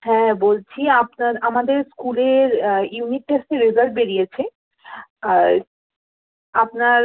হ্যাঁ বলছি আপনার আমাদের স্কুলের ইউনিট টেস্টের রেজাল্ট বেরিয়েছে আর আপনার